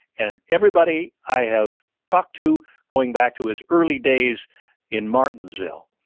and everybody i have talked to going back to his early days in martinsville,